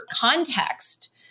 context